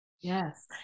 Yes